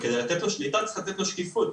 וכדי לתת לו שליטה צריך לתת לו שקיפות.